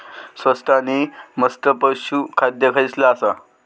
स्वस्त आणि मस्त पशू खाद्य खयला आसा?